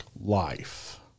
life